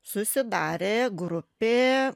susidarė grupė